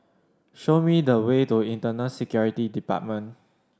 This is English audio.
show me the way to Internal Security Department